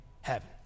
heaven